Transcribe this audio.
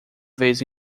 vez